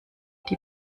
die